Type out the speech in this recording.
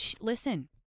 listen